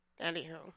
Anywho